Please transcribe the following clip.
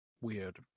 weird